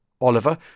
Oliver